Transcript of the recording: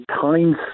times